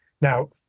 Now